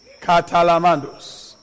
Catalamandos